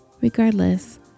Regardless